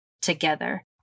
together